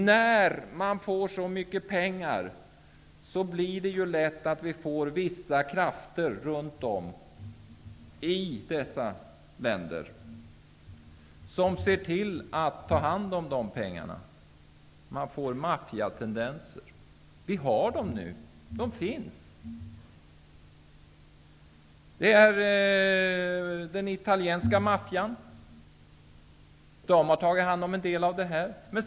När man får så mycket pengar är det lätt att vissa krafter i sådana här länder tar hand om pengarna. Det uppstår maffiatendenser, och de finns redan. Den italienska maffian har tagit hand om en del av pengarna.